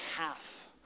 half